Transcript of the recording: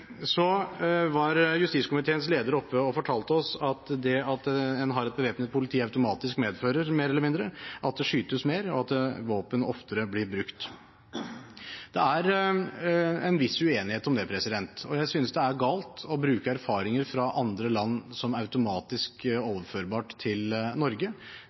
Så var justiskomiteens leder oppe og fortalte oss at det at en har et bevæpnet politi, mer eller mindre automatisk medfører at det skytes mer, og at våpen oftere blir brukt. Det er en viss uenighet om det, og jeg synes det er galt å bruke erfaringer fra andre land som automatisk overførbart til Norge.